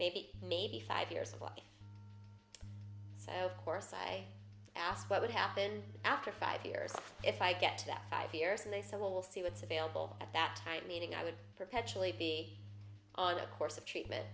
maybe maybe five years of life so course i asked what would happen after five years if i get that five years and they said well we'll see what's available at that time meaning i would perpetually be on a course of treatment